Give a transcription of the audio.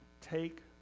take